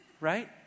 right